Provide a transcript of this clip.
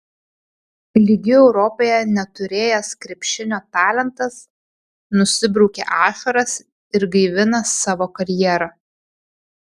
lygių europoje neturėjęs krepšinio talentas nusibraukė ašaras ir gaivina savo karjerą